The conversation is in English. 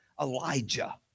Elijah